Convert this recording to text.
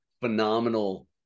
phenomenal